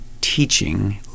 teaching